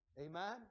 Amen